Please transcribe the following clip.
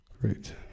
Great